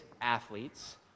athletes